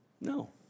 No